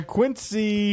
Quincy